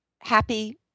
happy